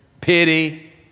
pity